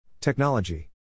Technology